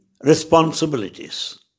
responsibilities